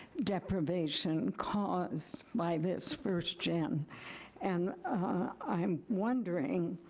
deprivation caused by this first gen and i'm wondering